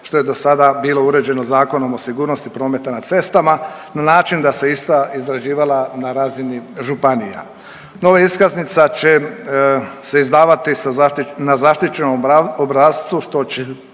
što je do sada bilo uređeno Zakonom o sigurnosti prometa na cestama na način da se ista izrađivala na razini županija. Nova iskaznica će se izdavati na zaštićenom obrascu što će